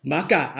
Maka